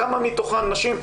כמה מתוכם נשים?